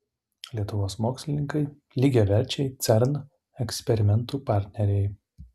lietuvos mokslininkai lygiaverčiai cern eksperimentų partneriai